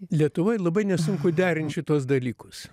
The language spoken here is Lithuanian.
lietuvoj labai nesunku derint šituos dalykus